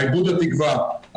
איבוד התקווה,